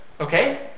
okay